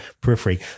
periphery